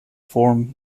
form